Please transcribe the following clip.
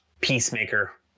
peacemaker